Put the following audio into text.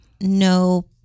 no